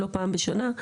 לא פעם בשנה,